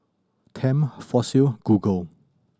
Tempt Fossil Google